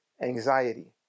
anxiety